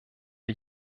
wir